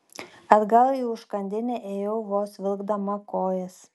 atgal į užkandinę ėjau vos vilkdama kojas